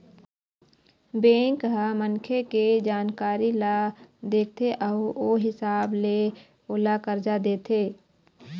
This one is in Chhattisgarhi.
बेंक ह मनखे के जानकारी ल देखथे अउ ओ हिसाब ले ओला करजा देथे